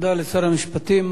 תודה לשר המשפטים.